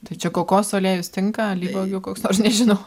tai čia kokosų aliejus tinka alyvuogių koks nors nežinau